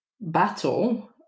battle